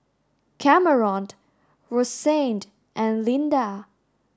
Cameron Rosanne and Linda